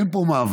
אין פה מאבק.